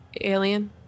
Alien